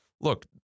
look